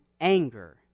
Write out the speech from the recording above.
anger